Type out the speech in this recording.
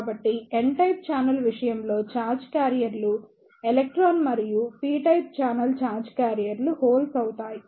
కాబట్టి n type channel విషయంలో charge క్యారియర్లు ఎలక్ట్రాన్ మరియు p టైప్ ఛానల్ ఛార్జ్ క్యారియర్లు హోల్స్ అవుతాయి